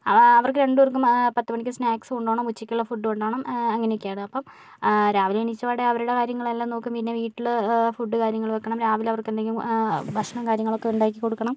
അവര്ക്ക് രണ്ടു പേര്ക്കും പത്തുമണിക്ക് സ്നാക്ക്സ് കൊണ്ട് പോകണം ഉച്ചക്കുള്ള ഫുഡ് കൊണ്ട് പോകണം അങ്ങനൊക്കെയാണത് അപ്പോൾ രാവിലെ എണീച്ചപാടെ അവരുടെ കാര്യങ്ങളെല്ലാം നോക്കും പിന്നെ വീട്ടിൽ ഫുഡ് കാര്യങ്ങള് വെക്കണം രാവിലെ അവര്ക്കെന്തെങ്കിലും ഭക്ഷണം കാര്യങ്ങളും ഒക്കെ ഉണ്ടാക്കിക്കൊടുക്കണം